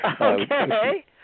Okay